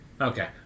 Okay